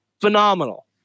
phenomenal